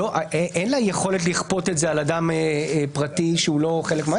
אין לה יכולת לכפות את זה על אדם פרטי שהוא לא חלק.